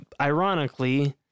ironically